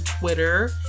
Twitter